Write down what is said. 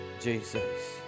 Jesus